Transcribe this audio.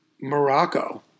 Morocco